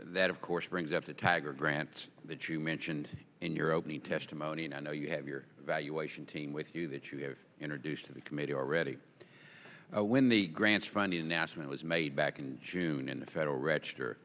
that of course brings up the tagger grant that you mentioned in your opening testimony and i know you have your evaluation team with you that you have introduced to the committee already when the grants finding nasmyth was made back in june in the federal register